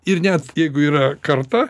ir net jeigu yra karta